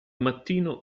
mattino